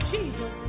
Jesus